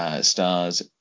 stars